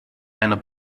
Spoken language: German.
einer